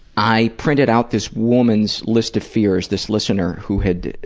i printed out this woman's list of fears, this listener who had